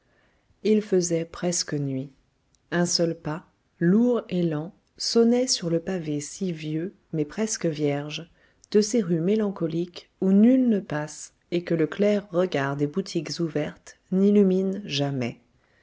il faisait presque nuit un seul pas lourd et lent sonnait sur le pavé si vieux mais presque vierge de ces rues mélancoliques où nul ne passe et que le clair regard des boutiques ouvertes n'illumine jamais